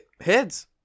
heads